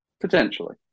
potentially